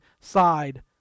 side